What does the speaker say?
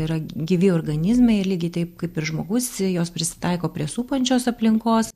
yra gyvi organizmai ir lygiai taip kaip ir žmogus jos prisitaiko prie supančios aplinkos